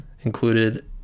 included